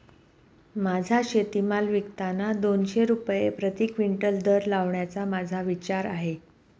माझा शेतीमाल विकताना दोनशे रुपये प्रति क्विंटल दर लावण्याचा माझा विचार आहे